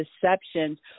deceptions